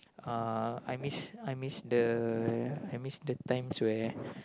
uh I miss I miss the I miss the times where